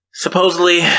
Supposedly